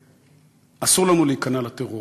ואסור לנו להיכנע לטרור.